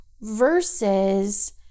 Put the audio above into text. Versus